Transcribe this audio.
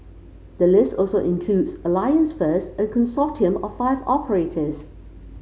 the list also includes Alliance First a consortium of five operators